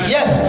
Yes